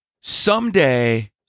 Someday